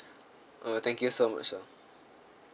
oh thank you so much sir